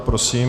Prosím.